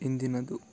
ಹಿಂದಿನದು